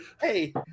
hey